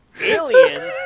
Alien